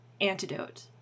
Antidote